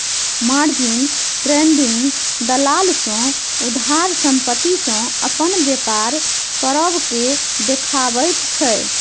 margin trading दलाल सँ उधार संपत्ति सँ अपन बेपार करब केँ देखाबैत छै